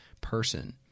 person